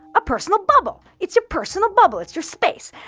a personal bubble. it's your personal bubble. it's your space.